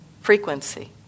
frequency